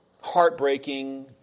heartbreaking